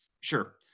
Sure